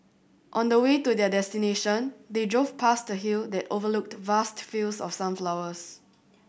on the way to their destination they drove past a hill that overlooked vast fields of sunflowers